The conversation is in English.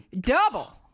Double